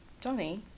Johnny